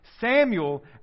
Samuel